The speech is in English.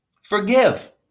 Forgive